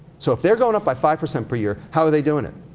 so if they're going up by five percent per year, how are they doing it?